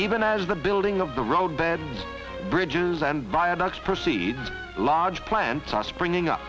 even as the building of the road bed bridges and viaducts proceeds large plants are springing up